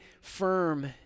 firm